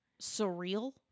surreal